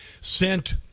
sent